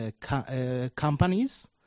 companies